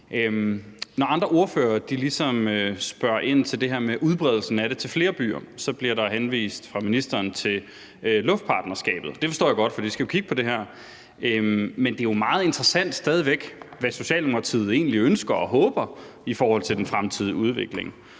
Når andre ordførere spørger ind til det her med udbredelsen af det til flere byer, bliver der fra ministeren henvist til luftpartnerskabet, og det forstår jeg godt, for de skal jo kigge på det her, men det er stadig væk meget interessant at høre, hvad Socialdemokratiet egentlig ønsker og håber i forhold til den fremtidige udvikling.